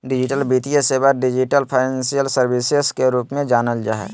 digital वित्तीय सेवा, digital financial services के रूप में जानल जा हइ